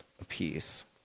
apiece